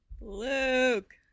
Luke